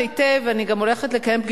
חברת הכנסת עינת וילף, בבקשה,